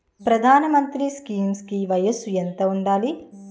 ప్రధాన మంత్రి స్కీమ్స్ కి వయసు ఎంత ఉండాలి?